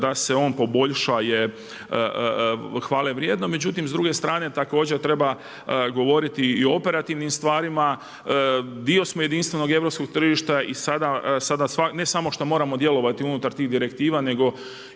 da se on poboljša je hvale vrijedno. Međutim, s druge strane također treba govoriti i o operativnim stvarima. Dio smo jedinstvenog i europskog tržišta i sada, sada ne samo što moramo djelovati unutar tih direktiva nego